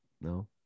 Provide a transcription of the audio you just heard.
No